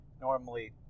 Normally